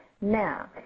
Now